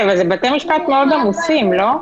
אבל, אלה בתי משפט מאוד עמוסים, לא?